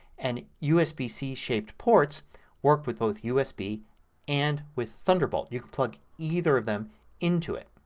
and usbc shaped ports work with both usb and with thunderbolt. you can plug either of them into it.